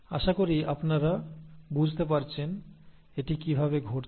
আশা করি আপনারা বুঝতে পারছেন এটি কিভাবে ঘটছে